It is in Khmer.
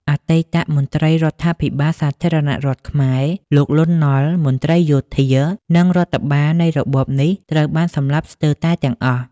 អតីតមន្ត្រីរដ្ឋាភិបាលសាធារណរដ្ឋខ្មែរ លោក លន់ នល់ មន្ត្រីយោធា និងរដ្ឋបាលនៃរបបមុន ត្រូវបានសម្លាប់ស្ទើរតែទាំងអស់។